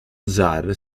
zar